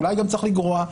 אולי גם צריך לגרוע?